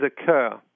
occur